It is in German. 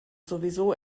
sowieso